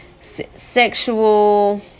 sexual